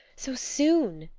so soon!